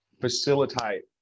facilitate